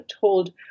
told